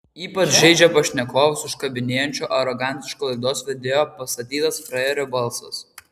ypač žeidžia pašnekovus užkabinėjančio arogantiško laidos vedėjo pastatytas frajerio balsas